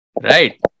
Right